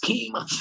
Scheme